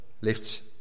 lifts